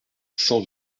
cent